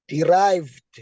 derived